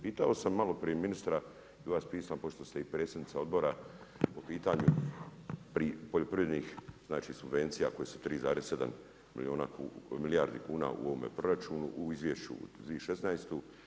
Pitao sam malo prije ministra i vas pitam, pošto ste i predsjednica Odbora po pitanju poljoprivrednih znači subvencija koje su 3,7 milijardi kuna u ovome proračunu u Izvješću za 2016.